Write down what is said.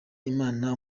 imana